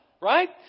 right